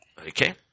Okay